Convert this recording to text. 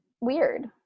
weird